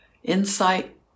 Insight